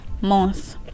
month